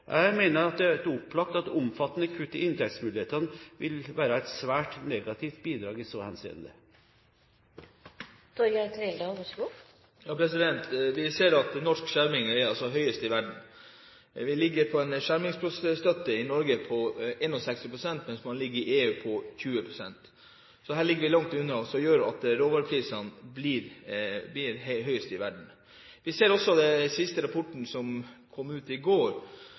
Jeg mener det er opplagt at omfattende kutt i inntektsmulighetene vil være et svært negativt bidrag i så henseende. Vi ser at norsk skjerming er høyest i verden. I Norge ligger skjermingsstøtten på 61 pst., mens man i EU ligger på 20 pst. Så her ligger vi langt unna, noe som gjør at råvareprisene blir høyest i verden. Vi ser også i den siste rapporten som kom ut i går,